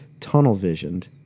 tunnel-visioned